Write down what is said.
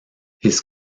his